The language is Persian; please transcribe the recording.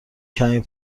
کمی